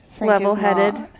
level-headed